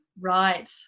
Right